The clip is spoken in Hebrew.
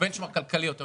אבל